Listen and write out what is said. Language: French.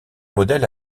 modèle